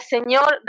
Señor